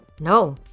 No